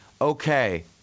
okay